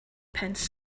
pins